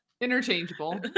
Interchangeable